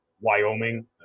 Wyoming